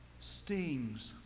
stings